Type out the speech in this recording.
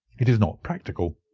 it is not practical.